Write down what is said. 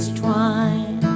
twine